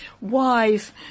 wise